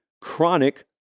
chronic